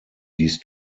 dies